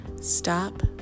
Stop